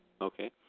Okay